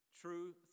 True